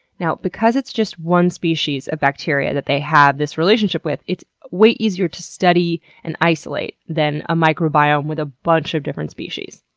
because it's just one species of bacteria that they have this relationship with, it's way easier to study and isolate than a microbiome with a bunch of different species.